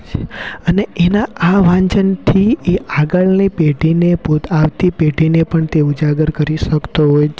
છે અને એના આ વાંચનથી એ આગળની પેઢીને પોત આવતી પેઢીને પણ તે ઉજાગર કરી શકતો હોય છે